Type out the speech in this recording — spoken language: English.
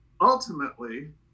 Ultimately